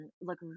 look